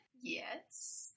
Yes